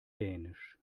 dänisch